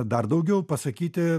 dar daugiau pasakyti